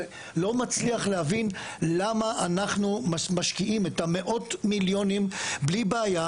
לא מצליח להבין למה אנחנו משקיעים את מאות המיליונים בלי בעיה,